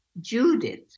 Judith